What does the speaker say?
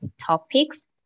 topics